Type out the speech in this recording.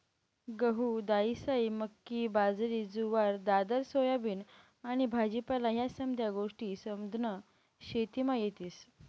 गहू, दायीसायी, मक्की, बाजरी, जुवार, दादर, सोयाबीन आनी भाजीपाला ह्या समद्या गोष्टी सधन शेतीमा येतीस